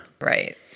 Right